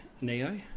Neo